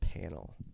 panel